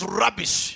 rubbish